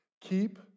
Keep